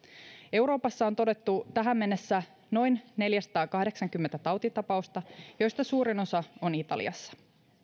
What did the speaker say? euroopassa on todettu tähän mennessä noin neljäsataakahdeksankymmentä tautitapausta joista suurin osa on italiassa